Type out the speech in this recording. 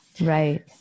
Right